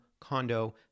condo